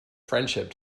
friendship